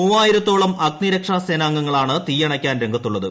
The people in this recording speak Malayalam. മൂവായിരത്തോളം അഗ്നിരക്ഷാ സേനാംഗങ്ങളാണ് തീയണയ്ക്കാൻ രംഗത്തുള്ളത്